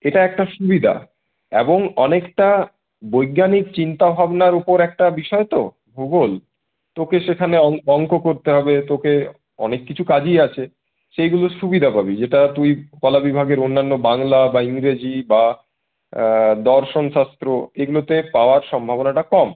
এটা একটা সুবিধা এবং অনেকটা বৈজ্ঞানিক চিন্তাভাবনার উপর একটা বিষয় তো ভূগোল তোকে সেখানে অঙ্ক করতে হবে তোকে অনেক কিছু কাজই আছে সেগুলোর সুবিধা পাবি যেটা তুই কলা বিভাগের অন্যান্য বাংলা বা ইংরেজি বা দর্শনশাস্ত্র এগুলোতে পাওয়ার সম্ভবনাটা কম